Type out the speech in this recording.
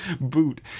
boot